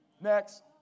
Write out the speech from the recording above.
Next